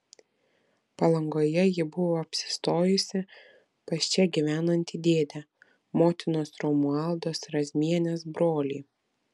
palangoje ji buvo apsistojusi pas čia gyvenantį dėdę motinos romualdos razmienės brolį